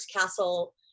castle